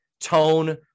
tone